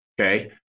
Okay